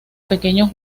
pequeños